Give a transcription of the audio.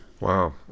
Wow